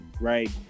right